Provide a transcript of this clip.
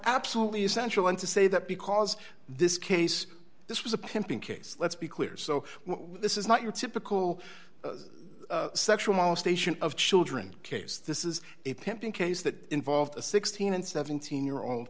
absolutely essential and to say that because this case this was a pimping case let's be clear so this is not your typical sexual molestation of children case this is a pending case that involved a sixteen and seventeen year old